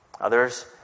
Others